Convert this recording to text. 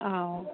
ஆ